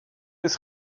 ist